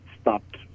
stopped